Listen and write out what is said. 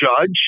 Judge